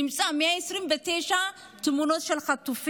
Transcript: נמצאות 129 תמונות,